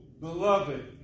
beloved